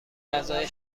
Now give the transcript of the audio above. غذای